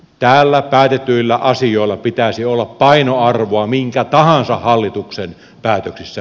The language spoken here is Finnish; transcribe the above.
täällä päätetyillä asioilla pitäisi olla painoarvoa minkä tahansa hallituksen päätöksissä